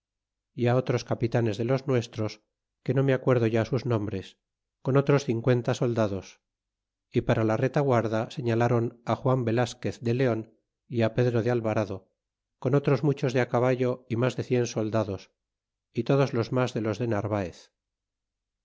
y otros capitanes de los nuestros que no me acuerdo ya sus nombres con otros cincuenta soldados y para la retzguarda señalron juan velasquez de leon y pedro de alvarado con otros muchos de caballo y mas de cien soldados y to dos los mas de los de narvaez